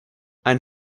and